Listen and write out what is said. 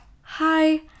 hi